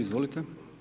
Izvolite.